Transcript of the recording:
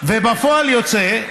ובפועל יוצא,